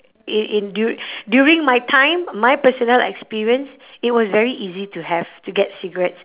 i~ in dur~ during my time my personal experience it was very easy to have to get cigarettes